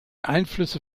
einflüsse